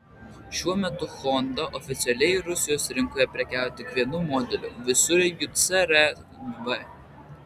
šiuo metu honda oficialiai rusijos rinkoje prekiauja tik vienu modeliu visureigiu cr v